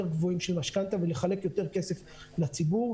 גבוהים של משכנתה ולחלק יותר כסף לציבור.